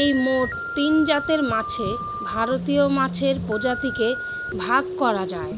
এই মোট তিনজাতের মাছে ভারতীয় মাছের প্রজাতিকে ভাগ করা যায়